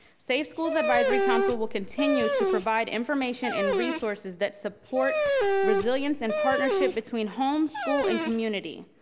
safe schools advisory council will continue to provide information and resources that support resilience and partnership between homes, school, and community.